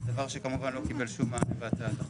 דבר שכמובן לא קיבל שום מענה בהצעת החוק.